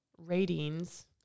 ratings